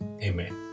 amen